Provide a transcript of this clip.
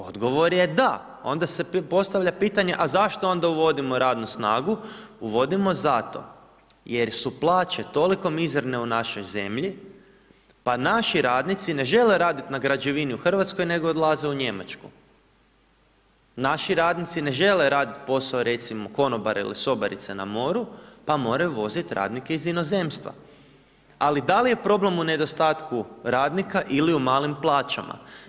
Odgovor je da, onda se postavlja pitanje a zašto onda uvodimo radnu snagu, uvodimo zato jer su plaće toliko mizerne u našoj zemlji, pa naši radnici ne žele radit na građevini u RH, nego odlaze u Njemačku, naši radnici ne žele radit posao recimo konobara ili sobarice na moru, pa moraju uvoziti radnike iz inozemstva, ali da li je problem u nedostatku radnika ili u malim plaćama?